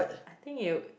I think you